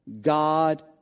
God